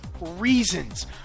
reasons